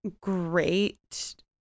great